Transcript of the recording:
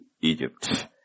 Egypt